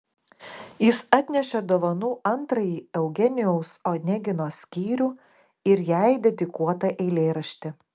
jis atnešė dovanų antrąjį eugenijaus onegino skyrių ir jai dedikuotą eilėraštį